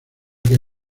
que